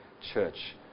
church